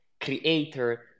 creator